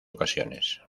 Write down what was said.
ocasiones